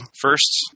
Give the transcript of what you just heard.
first